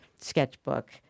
sketchbook